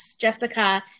Jessica